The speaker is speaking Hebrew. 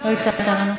לא הצעת לנו.